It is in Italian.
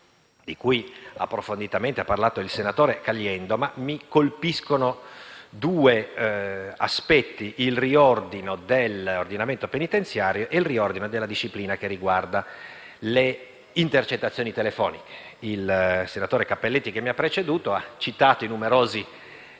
di cui approfonditamente ha parlato il senatore Caliendo. A me colpiscono due aspetti: il riordino dell'ordinamento penitenziario e il riordino della disciplina che riguarda le intercettazioni telefoniche. Il senatore Cappelletti che mi ha preceduto ha citato le numerose